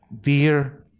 dear